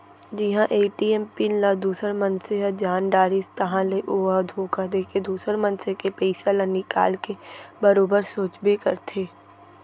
जिहां ATM PIN ल दूसर मनसे ह जान डारिस ताहाँले ओ ह धोखा देके दुसर मनसे के पइसा ल निकाल के बरोबर सोचबे करथे